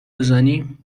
بزنی